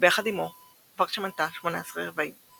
שביחד עמו ורשה מנתה 18 רבעים.